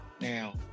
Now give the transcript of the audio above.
now